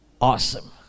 Awesome